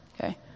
Okay